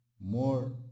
more